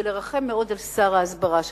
ולרחם מאוד על שר ההסברה שלך.